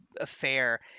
affair